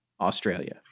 Australia